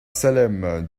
salem